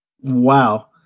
Wow